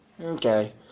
Okay